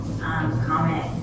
Comment